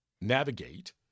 navigate